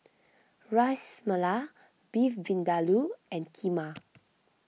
Ras Malai Beef Vindaloo and Kheema